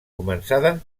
començada